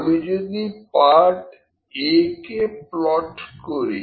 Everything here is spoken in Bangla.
আমি যদি পার্ট a কে প্লট করি